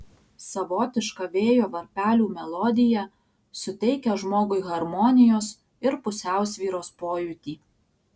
savotiška vėjo varpelių melodija suteikia žmogui harmonijos ir pusiausvyros pojūtį